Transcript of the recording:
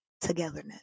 Togetherness